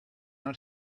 not